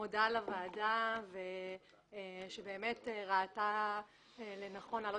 אני מודה לוועדה שבאמת ראתה לנכון להעלות